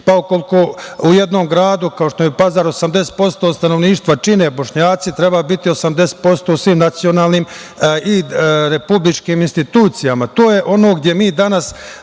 pa ukoliko u jednom gradu, kao što je Pazar 80% stanovništva čine Bošnjaci treba biti 80% u svim nacionalnim i republičkim institucijama.